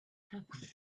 happened